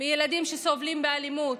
ילדים שסובלים מאלימות,